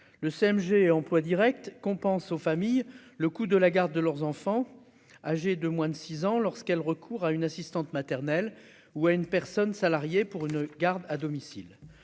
le CMG emplois Directs compense aux familles, le coût de la garde de leurs enfants, âgés de moins de 6 ans lorsqu'elle recours à une assistante maternelle ou à une personne salariée pour une garde à domicile,